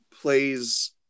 plays